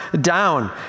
down